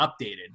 updated